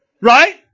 right